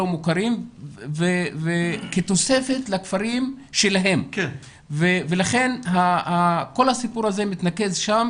מוכרים כתוספת לכפרים שלהם ולכן כל הסיפור הזה מתנקז שם,